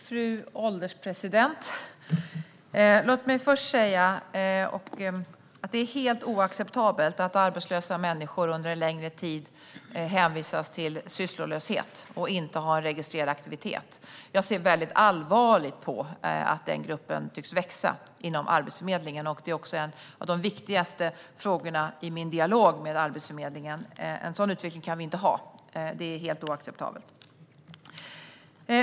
Fru ålderspresident! Låt mig först säga att det är helt oacceptabelt att arbetslösa människor under en längre tid hänvisas till sysslolöshet och inte har en registrerad aktivitet. Jag ser väldigt allvarligt på att den gruppen tycks växa inom Arbetsförmedlingen. Det är också en av de viktigaste frågorna i min dialog med Arbetsförmedlingen. En sådan utveckling kan vi inte ha. Det är helt oacceptabelt.